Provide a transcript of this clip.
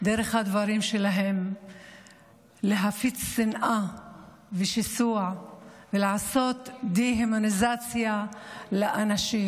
דרך הדברים שלהם להפיץ שנאה ושיסוע ולעשות דה-הומניזציה לאנשים.